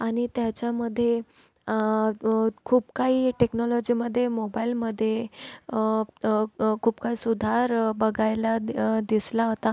आणि त्याच्यामध्ये खूप काही टेक्नॉलॉजीमध्ये मोबाईलमध्ये खूप काही सुधार बघायला दिसला होता